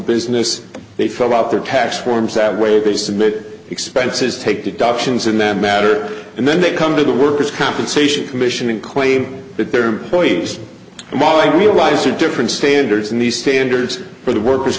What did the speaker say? business they fill out their tax forms that way they submit expenses take deductions in that matter and then they come to the worker's compensation commission and claim that their employees while i realize are different standards and the standards for the workers